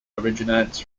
originates